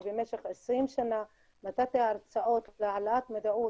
אני במשך 20 שנה נתתי הרצאות להעלאת מודעות